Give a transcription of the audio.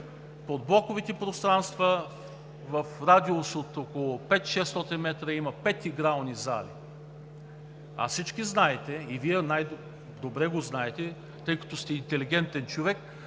подблоковите пространства в радиус от около 500 – 600 м има пет игрални зали. А всички знаете, и Вие най-добре го знаете, тъй като сте интелигентен човек,